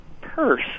purse